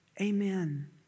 Amen